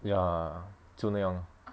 ya 就那样